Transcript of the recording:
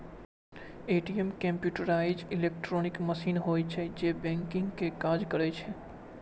ATM computerised electronic machine होइ छै, जे बैंकिंग के काज करै छै